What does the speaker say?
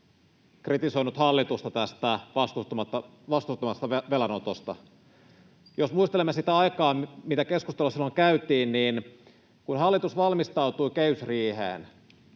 kritisoinut hallitusta tästä vastuuttomasta velanotosta. Jos muistelemme sitä aikaa, mitä keskustelua käytiin silloin, kun hallitus valmistautui kehysriiheen,